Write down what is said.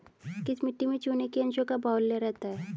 किस मिट्टी में चूने के अंशों का बाहुल्य रहता है?